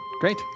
Great